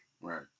Right